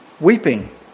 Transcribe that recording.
weeping